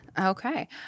Okay